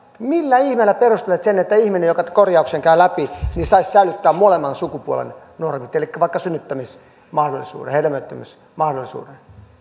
millä ihmeellä te perustelette sen että ihminen joka korjauksen käy läpi saisi säilyttää molemman sukupuolen normit elikkä vaikka synnyttämismahdollisuuden ja hedelmöittämismahdollisuuden